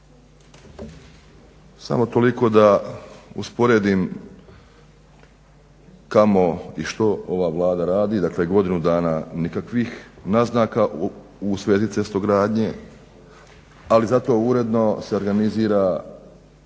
Samo toliko da usporedim kamo i što ova Vlada radi. Dakle godinu dana nikakvih naznaka u svezi cestogradnje ali zato uredno se organiziraju